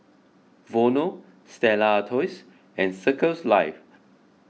Vono Stella Artois and Circles Life